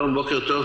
בוקר טוב.